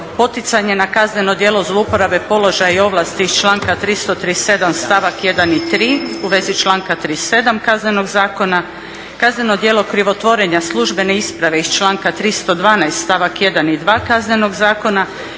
poticanje na kazneno djelo zlouporabe položaja i ovlasti iz članka 337. stavak 1. i 3. u vezi članka 37. Kaznenog zakona, kazneno djelo krivotvorenja službene isprave iz članka 312. stavak 1. i 2. Kaznenog zakona